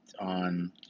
on